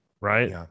right